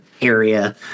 area